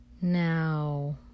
Now